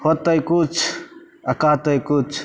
होयतै किछु आ कहतै किछु